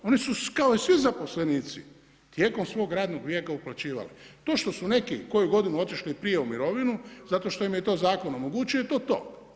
Oni su kao i svi zaposlenici, tijekom svog radnog vijeka uplaćivali, to što su neki koju godinu otišli ranije u mirovinu, zato što im je to Zakon omogućio, to je to.